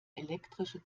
elektrische